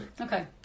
Okay